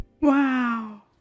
Wow